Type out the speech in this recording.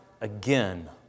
again